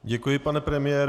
Děkuji, pane premiére.